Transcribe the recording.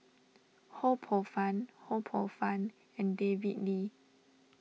Ho Poh Fun Ho Poh Fun and David Lee